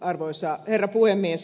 arvoisa herra puhemies